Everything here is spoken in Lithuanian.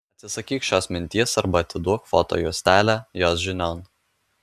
atsisakyk šios minties arba atiduok foto juostelę jos žinion